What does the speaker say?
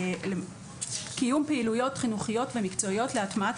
"קיום פעילויות חינוכיות ומקצועיות להטמעת